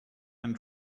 and